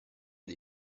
dei